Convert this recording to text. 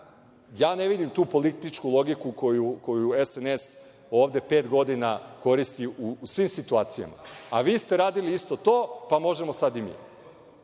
ne vidim tu političku logiku koju SNS ovde pet godina koristi u svim situacijama – vi ste radili isto to, pa možemo sad i mi.